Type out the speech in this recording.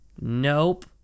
Nope